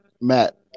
Matt